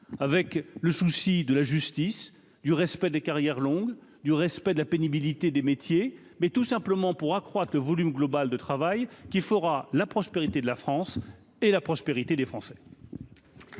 avec le souci de la justice, du respect des carrières longues, du respect de la pénibilité des métiers, mais tout simplement pour accroître le volume global de travail qui fera la prospérité de la France et la prospérité des Français.